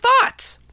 thoughts